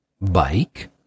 bike